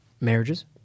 Marriages